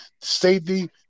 Safety